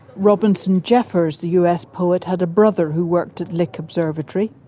robinson jeffers, the us poet, had a brother who worked at lick observatory.